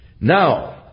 Now